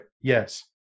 Yes